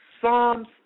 Psalms